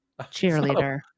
Cheerleader